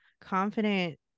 confident